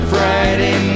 Friday